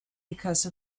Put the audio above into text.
because